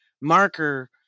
marker